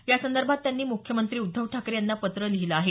यासंदर्भात त्यांनी मुख्यमंत्री उद्धव ठाकरे यांना पत्र लिहिलं आहे